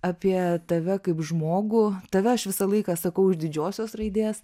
apie tave kaip žmogų tave aš visą laiką sakau iš didžiosios raidės